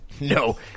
No